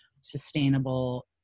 sustainable